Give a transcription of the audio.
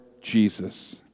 Jesus